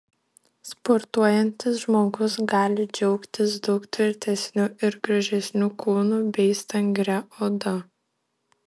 sportuojantis žmogus gali džiaugtis daug tvirtesniu ir gražesniu kūnu bei stangria oda